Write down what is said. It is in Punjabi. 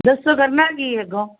ਦੱਸੋ ਕਰਨਾ ਕੀ ਹੈ ਅੱਗੋਂ